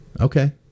Okay